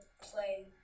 play